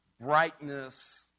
brightness